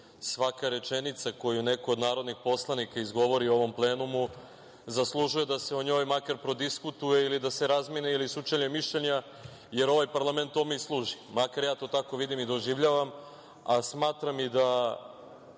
svaka rečenica koju neko od narodnih poslanika izgovori u ovom plenumu zaslužuje da se o njoj makar prodiskutuje ili da se razmeni ili sučelje mišljenja, jer ovaj parlament tome i služi, makar ja to tako vidim i doživljavam. Smatram da